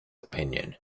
opinion